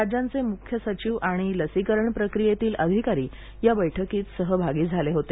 राज्यांचे मुख्य सचीव आणि लसीकरण प्रक्रीयेतील अधिकारी या बैठकीत सहभागी झाले होते